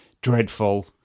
Dreadful